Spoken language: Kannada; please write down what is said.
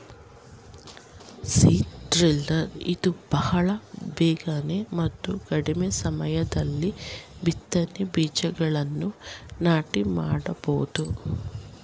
ಸೀಡ್ ಡ್ರಿಲ್ಲರ್ ಇಂದ ಬಹಳ ಬೇಗನೆ ಮತ್ತು ಕಡಿಮೆ ಸಮಯದಲ್ಲಿ ಬಿತ್ತನೆ ಬೀಜಗಳನ್ನು ನಾಟಿ ಮಾಡಬೋದು